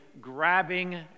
grabbing